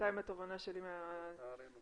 בינתיים התובנה שלי מהדיון.